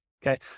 Okay